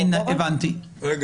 למה?